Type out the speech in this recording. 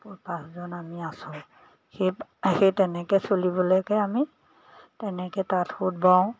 পাঁচজন আমি আছোঁ সেই সেই তেনেকৈ চলিবলৈকে আমি তেনেকৈ তাঁত সুত বওঁ